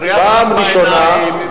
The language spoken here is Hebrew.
זו זריית חול בעיניים,